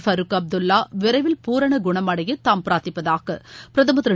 ஃபருக் அப்துல்ள விரைவில் பூரண குணமடைய தாம் பிராத்திப்பதாக பிரதம் திரு